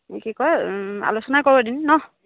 কি কয় আলোচনা কৰো এদিন নহ্